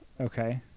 Okay